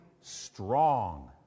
strong